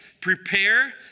Prepare